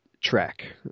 track